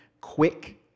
quick